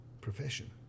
profession